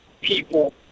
people